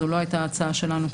זו לא הייתה הצעה שלנו,